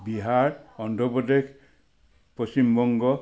Bihar Andhra Pradesh Paschimbanga